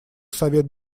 совет